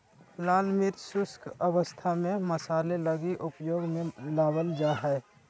लाल मिर्च शुष्क अवस्था में मसाले लगी उपयोग में लाबल जा हइ